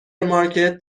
مارکت